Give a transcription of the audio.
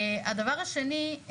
הדבר השני,